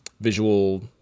visual